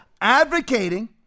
advocating